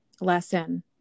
lesson